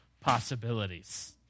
possibilities